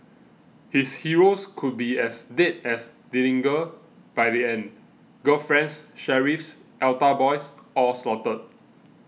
his heroes could be as dead as Dillinger by the end girlfriends sheriffs altar boys all slaughtered